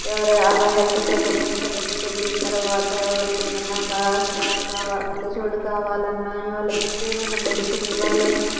ఎవరు అలా health checkup checkup జరిగిన తరువాత ఎవరికి ఏమన్నా స్పెక్ట్స్ కావాల కళ్ళజోడు కావాలన్నా వాళ్ళకి ఇంకా ఏదన్నా మెడిసిన్ ఇవ్వాలన్నా